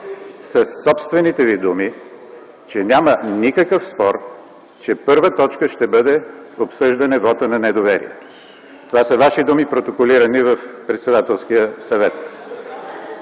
със собствените Ви думи, че няма никакъв спор, че първа точка ще бъде Обсъждане вота на недоверие. Това са Ваши думи, протоколирани в Председателския съвет.